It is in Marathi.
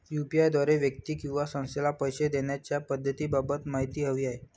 यू.पी.आय द्वारे व्यक्ती किंवा संस्थेला पैसे देण्याच्या पद्धतींबाबत माहिती हवी आहे